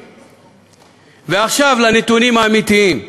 ועכשיו, לנתונים האמיתיים.